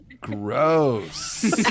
gross